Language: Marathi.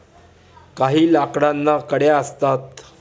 काही लाकडांना कड्या असतात